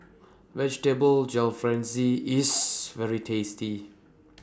Vegetable Jalfrezi IS very tasty